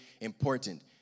important